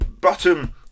bottom